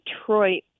Detroit